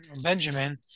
Benjamin